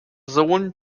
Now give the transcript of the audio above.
sohn